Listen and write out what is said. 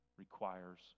requires